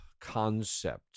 concept